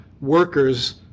workers